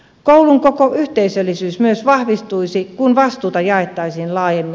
koulun koko yhteisöllisyys myös vahvistuisi kun vastuuta jaettaisiin laajemmin